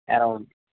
around